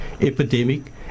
epidemic